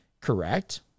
correct